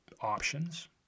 options